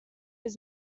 his